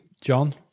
john